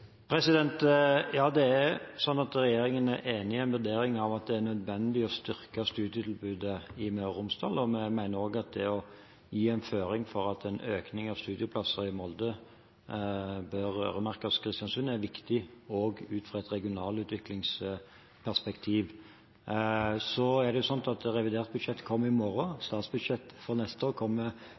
Regjeringen er enig i vurderingen av at det er nødvendig å styrke studietilbudet i Møre og Romsdal, og vi mener at det å gi en føring for at en økning av studieplassene i Molde bør øremerkes Kristiansund, er viktig, også ut fra et regionalutviklingsperspektiv. Revidert budsjett kommer i morgen. Statsbudsjettet for neste år